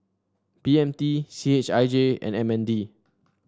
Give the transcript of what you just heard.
B M T C H I J and M N D